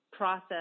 process